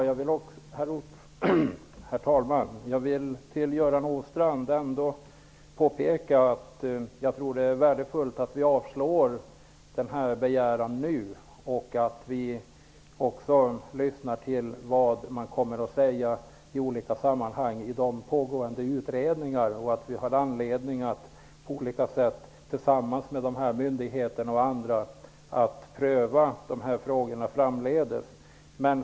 Herr talman! Jag vill ändå påpeka att jag tror att det är värdefullt att nu avslå denna begäran och att vi lyssnar till vad de pågående utredningarna i olika sammanhang kommer att säga. Vi har anledning att tillsammans med mydigheterna och andra pröva dessa frågor framdeles.